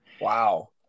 Wow